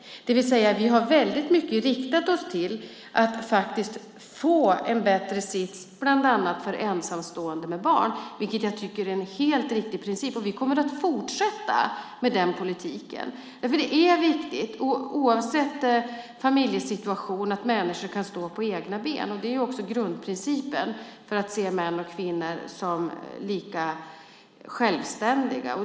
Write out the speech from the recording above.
Vi har i hög grad riktat oss till att få en bättre sits bland annat för ensamstående med barn, vilket jag tycker är en helt riktig princip. Vi kommer att fortsätta med den politiken, för det är viktigt att människor kan stå på egna ben oavsett familjesituation. Det är också grundprincipen för att se män och kvinnor som lika självständiga.